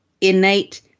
innate